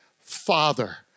Father